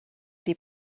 die